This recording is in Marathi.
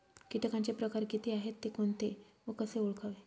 किटकांचे प्रकार किती आहेत, ते कोणते व कसे ओळखावे?